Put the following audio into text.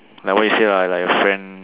like what you say lah like your friend